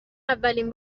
اولین